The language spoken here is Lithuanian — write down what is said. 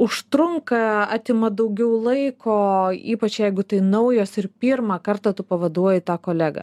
užtrunka atima daugiau laiko ypač jeigu tai naujos ir pirmą kartą tu pavaduoji tą kolegą